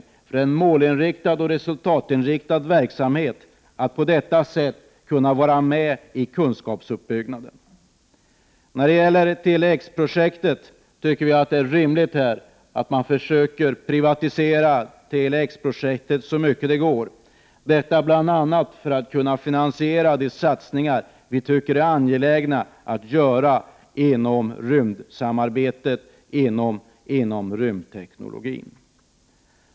Det är en måloch resultatinriktad verksamhet, eftersom man på detta sätt får vara med i kunskapsuppbyggnaden. När det gäller Tele-X-projektet anser vi att det är rimligt att man försöker privatisera detta projekt så mycket som möjligt — bl.a. för att kunna finansiera de satsningar som det är angeläget att göra vad gäller rymdsamarbetet och rymdteknologin.